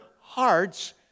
heart's